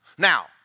Now